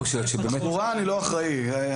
תחבורה, אני לא אחראי.